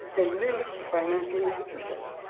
and links to financing institutions.